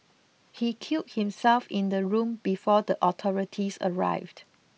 he killed himself in the room before the authorities arrived